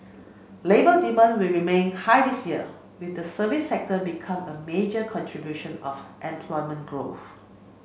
labour demand will remain high this year with the services sector being a major contribution of employment growth